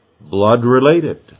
blood-related